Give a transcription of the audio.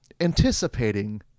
Anticipating